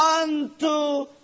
unto